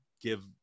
give